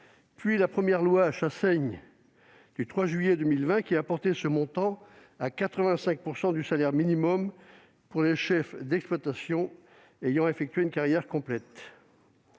puis la première loi Chassaigne du 3 juillet 2020 qui a porté ce montant à 85 % du salaire minimum pour les chefs d'exploitation ayant effectué une carrière complète.